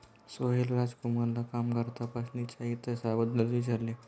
सोहेल राजकुमारला कामगार तपासणीच्या इतिहासाबद्दल विचारले